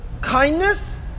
kindness